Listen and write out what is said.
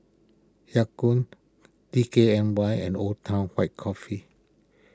Ya Kun D K N Y and Old Town White Coffee